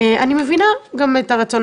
אני מבינה גם את הרצון,